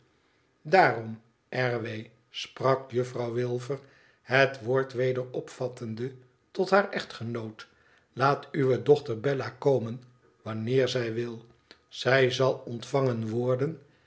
daarom r w sprak juffrouw wilfer het woord weder opvattende tot haar echtgenoot laat uwe dochter bella komen wanneer zij wil zij zal ontvangen worden